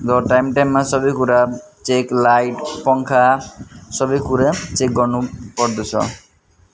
र टाइम टाइममा सबै कुरा चेक लाइट पङ्खा सबै कुरा चेक गर्नु पर्दछ